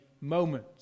moment